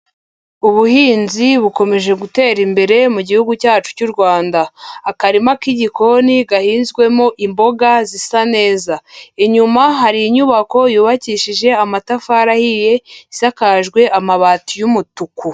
Ubuhinzi bukomeje gutera imbere mu gihugu cyacu cy'u Rwanda. Akarima k'igikoni gahinzwemo imboga zisa neza, inyuma hari inyubako yubakishije amatafari ahiye, isakajwe amabati y'umutuku.